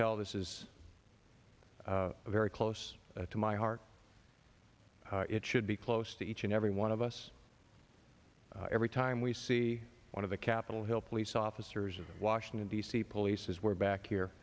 tell this is very close to my heart it should be close to each and every one of us every time we see one of the capitol hill police officers of the washington d c police as we're back here